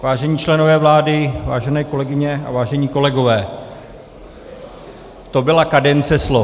Vážení členové vlády, vážené kolegyně a vážení kolegové, to byla kadence slov.